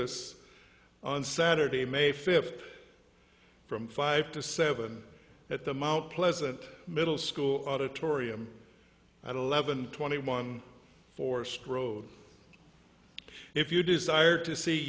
us on saturday may fifth from five to seven at the mount pleasant middle school auditorium at eleven twenty one four stroke if you desire to see